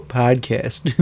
podcast